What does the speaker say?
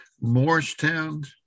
Morristown